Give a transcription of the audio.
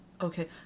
Okay